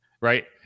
right